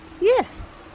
Yes